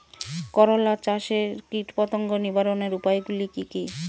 করলা চাষে কীটপতঙ্গ নিবারণের উপায়গুলি কি কী?